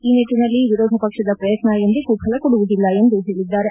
ಈ ನಿಟ್ಟನಲ್ಲಿ ವಿರೋಧ ಪಕ್ಷದ ಪ್ರಯತ್ನ ಎಂದಿಗೂ ಫಲಕೊಡುವುದಿಲ್ಲ ಎಂದು ಹೇಳಿದ್ದಾರೆ